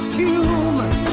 human